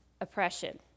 oppression